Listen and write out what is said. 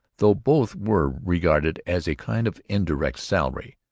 though both were regarded as a kind of indirect salary.